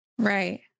right